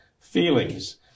feelings